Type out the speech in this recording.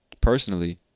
personally